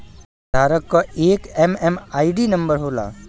खाताधारक क एक एम.एम.आई.डी नंबर होला